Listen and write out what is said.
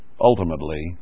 ultimately